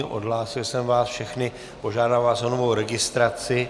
Odhlásil jsem vás všechny, požádám vás o novou registraci.